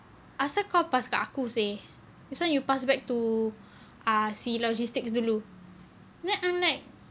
asyik pass kat aku seh this one you pass back to err si logistics dulu then I'm like